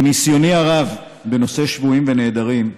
מניסיוני הרב בנושא שבויים ונעדרים,